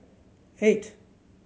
eight